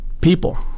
people